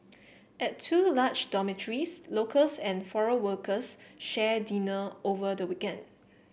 at two large dormitories locals and foreign workers shared dinner over the weekend